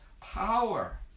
power